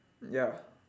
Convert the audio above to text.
ya